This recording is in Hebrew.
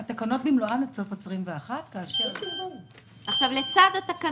התקנות חלות במלואן עד סוף שנת 2021. לצד התקנות,